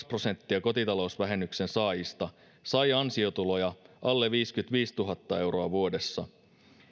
prosenttia kotitalousvähennyksen saajista sai ansiotuloja alle viisikymmentäviisituhatta euroa vuodessa